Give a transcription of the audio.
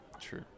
True